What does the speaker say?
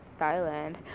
Thailand